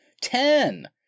Ten